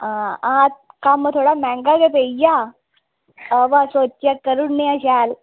हां कम्म थोह्ड़ा मैंह्गा गै पेइया बा सोचेआ करी ओड़ने आं शैल